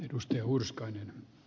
arvoisa puhemies